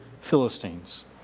Philistines